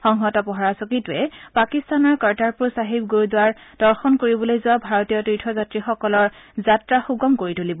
সংহত পহৰা চকীটোৱে পাকিস্তানৰ কৰ্টাৰপুৰ চাহিব গুৰুদ্বাৰ দৰ্শন কৰিবলৈ যোৱা ভাৰতীয় তীৰ্থযাত্ৰীসকলৰ যাত্ৰা সুগম কৰি তুলিব